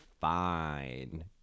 fine